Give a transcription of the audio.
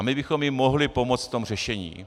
My bychom jim mohli pomoct v tom řešení.